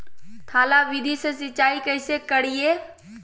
थाला विधि से सिंचाई कैसे करीये?